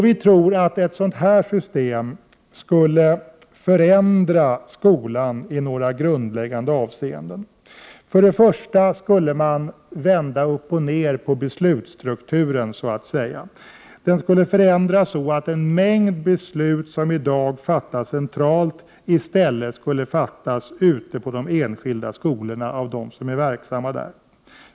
Vi tror att ett system av den här typen skulle förändra skolan i några grundläggande avseenden. För det första skulle man så att säga vända upp och ner på beslutsstrukturen. Den skulle förändras så, att en mängd beslut som i dag fattas centralt i stället skulle fattas ute på de enskilda skolorna av dem som är verksamma där.